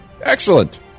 excellent